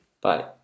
bye